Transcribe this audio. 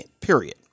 Period